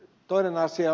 toinen asia